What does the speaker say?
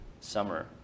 summer